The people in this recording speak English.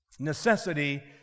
Necessity